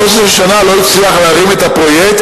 13 שנה לא הצליח להרים את הפרויקט,